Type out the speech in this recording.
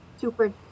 super